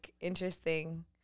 interesting